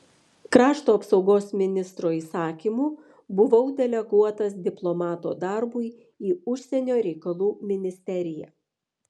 krašto apsaugos ministro įsakymu buvau deleguotas diplomato darbui į užsienio reikalų ministeriją